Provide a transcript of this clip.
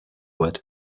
word